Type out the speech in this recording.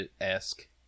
esque